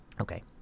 Okay